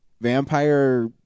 vampire